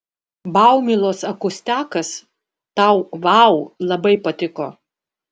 baumilos akustiakas tau vau labai patiko